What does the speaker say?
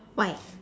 why